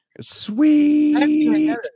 Sweet